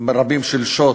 רבים של שוט,